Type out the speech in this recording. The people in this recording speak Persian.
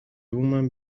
بومم